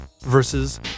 versus